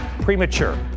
premature